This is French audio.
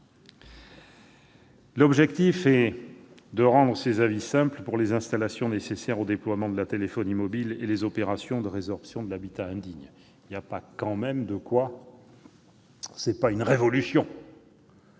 L'objectif est de rendre ces avis simples pour les installations nécessaires au déploiement de la téléphonie mobile et les opérations de résorption de l'habitat indigne. Ce n'est pas une révolution